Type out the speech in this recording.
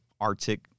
Arctic